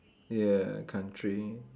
ya country